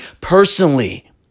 personally